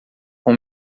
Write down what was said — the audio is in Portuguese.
com